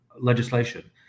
legislation